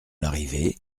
larrivé